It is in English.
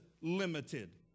limited